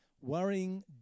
Worrying